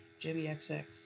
JBXX